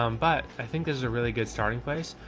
um but i think there's a really good starting place.